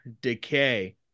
Decay